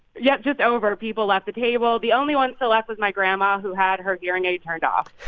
yeah, just over. people left the table. the only one still left was my grandma, who had her hearing aid turned off